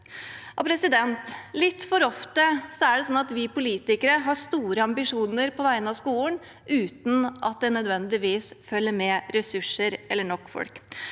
Litt for ofte er det sånn at vi politikere har store ambisjoner på vegne av skolen, uten at det nødvendigvis følger med ressurser eller nok folk.